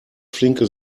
flinke